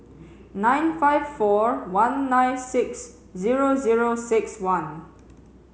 nine five four one nine six zero zero six one